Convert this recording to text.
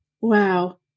Wow